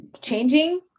changing